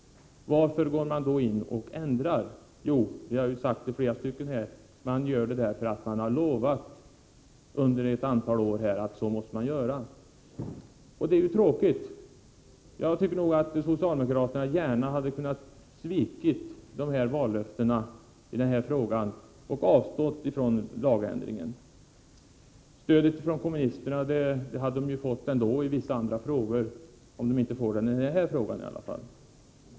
Varför går man då in och ändrar? Jo, € ur:.i. — som flera av oss har sagt — att man under ett antal år har lovat att s — al man göra. Det är ju tråkigt. Jag tycker nog att socialdemokrat: . .a gärna hade kunnat svika dessa vallöften i den här frågan och avstå från lagändringen. Stödet från kommunisterna hade de ju fått ändå i vissa andra frågor, även om de inte får det i den här frågan.